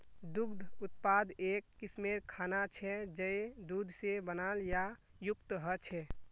दुग्ध उत्पाद एक किस्मेर खाना छे जये दूध से बनाल या युक्त ह छे